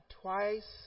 twice